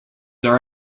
are